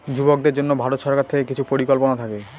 যুবকদের জন্য ভারত সরকার থেকে কিছু পরিকল্পনা থাকে